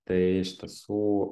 tai iš tiesų